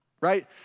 right